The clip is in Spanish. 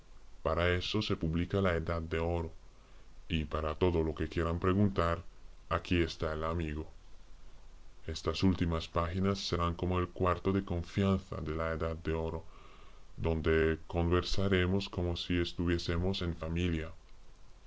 para eso se publica la edad de oro y para todo lo que quieran preguntar aquí está el amigo estas últimas páginas serán como el cuarto de confianza de la edad de oro donde conversaremos como si estuviésemos en familia